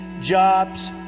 Jobs